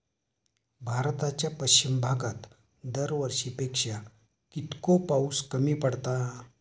भारताच्या पश्चिम भागात दरवर्षी पेक्षा कीतको पाऊस कमी पडता?